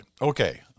Okay